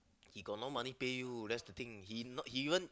he got no money pay you that's the thing he he even